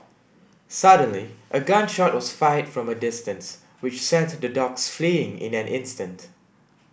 suddenly a gun shot was fired from a distance which sent the dogs fleeing in an instant